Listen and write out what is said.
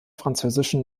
französischen